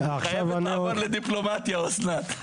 היא חייבת לעבור לדיפלומטיה אסנת.